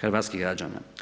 hrvatskih građana.